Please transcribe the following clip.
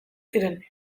ziren